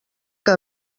que